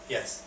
Yes